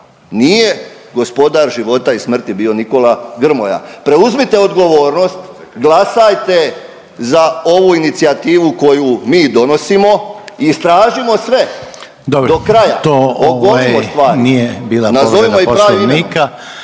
Nije gospodar života i smrti bio Nikola Grmoja. Preuzmite odgovornost, glasajte za ovu inicijativu koju mi donosimo i istražimo sve …/Upadica Reiner: Dobro./… do kraja,